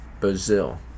Brazil